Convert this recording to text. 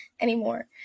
anymore